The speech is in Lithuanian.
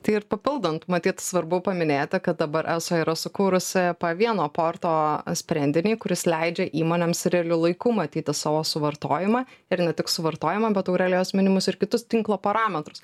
tai ir papildant matyt svarbu paminėti kad dabar eso yra sukūrusi pa vieno porto sprendinį kuris leidžia įmonėms realiu laiku matyti savo suvartojimą ir ne tik suvartojimą bet aurelijos minimus ir kitus tinklo parametrus